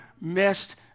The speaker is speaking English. missed